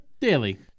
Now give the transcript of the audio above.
daily